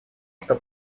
что